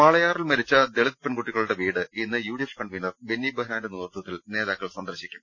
വാളയാറിൽ മരിച്ച ദളിത് പെൺകുട്ടികളുടെ വീട് ഇന്ന് യു ഡി എഫ് കൺവീനർ ബെന്നി ബെഹന്നാന്റെ നേതൃത്വത്തിൽ നേതാക്കൾ സന്ദർശിക്കും